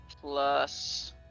Plus